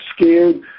scared